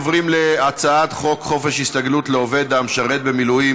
אנחנו עוברים להצעת חוק חופשת הסתגלות לעובד המשרת במילואים,